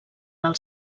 del